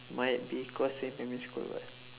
might be cause same primary school [what]